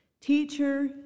Teacher